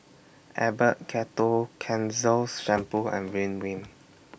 Abbott Ketoconazole Shampoo and Ridwind